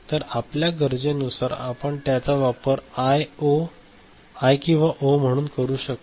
तर आपल्या गरजेनुसार आपण त्याचा वापर आय किंवा ओ म्हणून करू शकतो